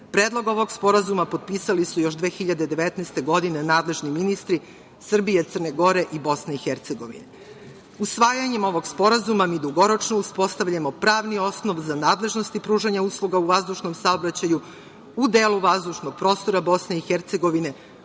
Gore. Predlog ovog sporazuma potpisali su još 2019. godine nadležni ministri Srbije, Crne Gore i BiH. Usvajanjem ovog sporazuma mi dugoročno uspostavljamo pravni osnov za nadležnosti pružanja usluga u vazdušnom saobraćaju u delu vazdušnog prostora BiH uz granicu